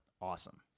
Awesome